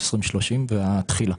על ה-2030 והתחילה.